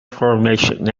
formation